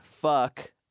Fuck